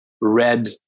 red